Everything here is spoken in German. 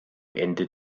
ende